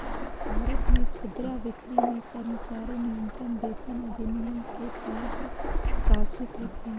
भारत में खुदरा बिक्री में कर्मचारी न्यूनतम वेतन अधिनियम के तहत शासित होते है